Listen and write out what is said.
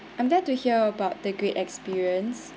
I'm glad to hear about the great experience